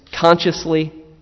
consciously